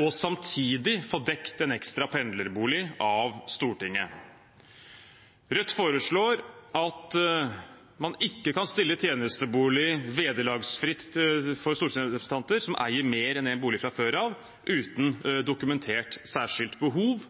og samtidig få dekket en ekstra pendlerbolig av Stortinget. Rødt foreslår at man ikke kan stille tjenestebolig vederlagsfritt til disposisjon for stortingsrepresentanter som eier mer enn én bolig fra før, uten dokumentert særskilt behov.